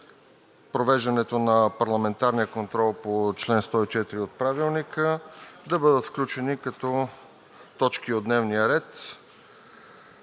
провеждането на парламентарния контрол по чл. 104 от Правилника да бъдат включени като точки от дневния ред: